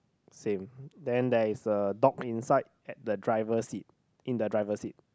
same then there's a dog inside at the driver seat in the driver seat